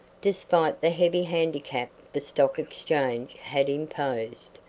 despite the heavy handicap the stock exchange had imposed.